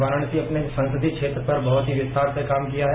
वाराणसी अपने संसदीय क्षेत्र पर बहुत ही विस्तार से काम किया है